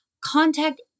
contact